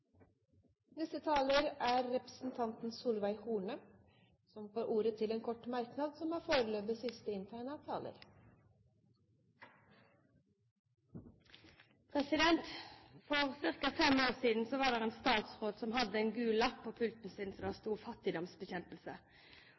Representanten Solveig Horne har hatt ordet to ganger og får ordet til en kort merknad, begrenset til 1 minutt. For ca. fem år siden var det en statsråd som hadde en gul lapp på pulten sin